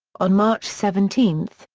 on march seventeen,